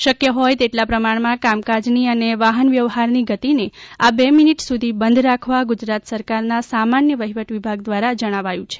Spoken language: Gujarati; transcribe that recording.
શકય હોય તેટલા પ્રમાણમાં કામકાજની અને વાહનવ્યવહારની ગતિને આ બે મિનિટ સુધી બંધ રાખવા ગુજરાત સરકારના સામાન્ય વહીવટ વિભાગ દ્વારા જણાવાયું છે